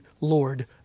Lord